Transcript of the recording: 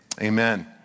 amen